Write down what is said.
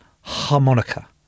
harmonica